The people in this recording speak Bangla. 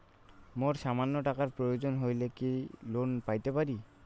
মোর সামান্য টাকার প্রয়োজন হইলে কি লোন পাইতে পারি?